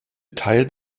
teil